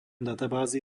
databázy